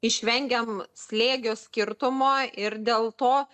išvengiam slėgio skirtumo ir dėl to